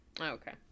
Okay